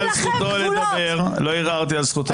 לא ערערתי על זכותו לדבר.